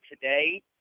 today